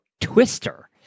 Twister